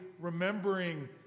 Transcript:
remembering